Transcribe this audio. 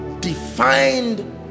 defined